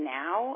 now